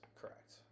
Correct